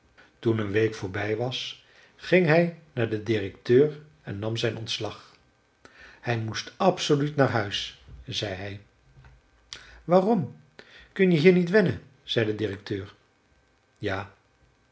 toen een week voorbij was ging hij naar den directeur en nam zijn ontslag hij moest absoluut naar huis zei hij waarom kun je hier niet wennen zei de directeur ja